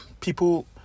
people